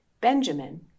Benjamin